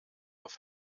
auf